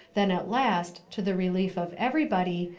then at last, to the relief of everybody,